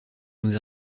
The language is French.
nous